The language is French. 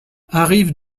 arrive